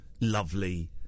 lovely